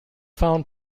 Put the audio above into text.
found